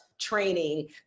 training